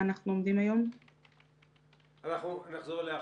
אחר כך.